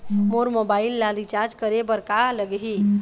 मोर mobile ला recharge करे बर का लगही?